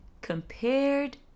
compared